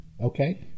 Okay